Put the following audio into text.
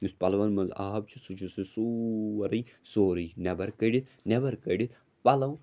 یُس پَلوَن منٛز آب چھِ سُہ چھِ سورٕے سورٕے نیٚبَر کٔڑِتھ نیٚبَر کٔڑِتھ پَلَو